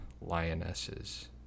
lionesses